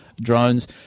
drones